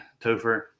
Topher